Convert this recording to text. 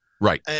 Right